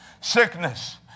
Sickness